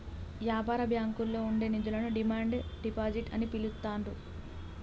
యాపార బ్యాంకుల్లో ఉండే నిధులను డిమాండ్ డిపాజిట్ అని పిలుత్తాండ్రు